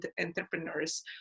entrepreneurs